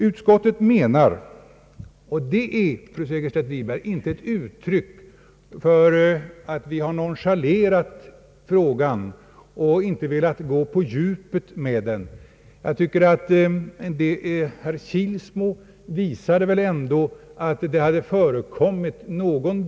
Utskottet menar att eftersom motionärerna inte avsett att få till stånd någon saklig ändring av § 1 i lagen kan deras förslag till omformulering inte tjäna något rimligt syfte.